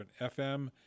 FM